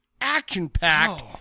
action-packed